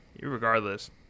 regardless